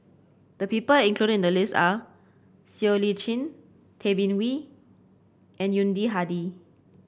the people included in the list are Siow Lee Chin Tay Bin Wee and Yuni Hadi